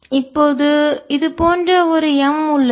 இப்போது இது போன்ற ஒரு M உள்ளது